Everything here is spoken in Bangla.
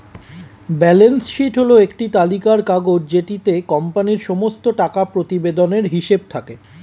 ব্যালান্স শীট হল একটি তালিকার কাগজ যেটিতে কোম্পানির সমস্ত টাকা প্রতিবেদনের হিসেব থাকে